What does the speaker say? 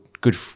Good